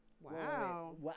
Wow